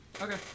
Okay